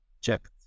checked